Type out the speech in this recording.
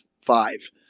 five